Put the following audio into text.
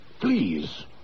Please